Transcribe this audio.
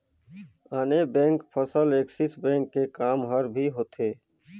आने बेंक फसल Axis bank के काम हर भी होथे